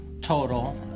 total